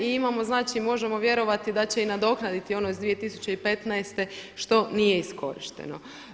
I imamo, znači možemo vjerovati da će i nadoknaditi ono iz 2015. što nije iskorišteno.